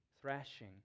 Thrashing